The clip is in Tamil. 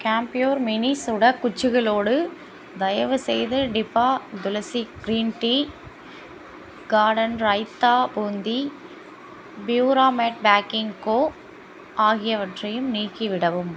கேம்ப்யூர் மினி சூட குச்சிகளோடு தயவுசெய்து டிப்பா Tulsi green tea garden raita boondi பியூராமேட் பேக்கிங் கோ ஆகியவற்றையும் நீக்கிவிடவும்